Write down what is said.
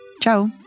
Ciao